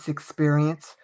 Experience